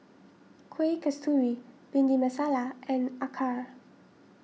Kueh Kasturi Bhindi Masala and Acar